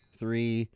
three